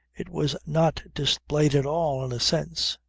it was not displayed at all in a sense.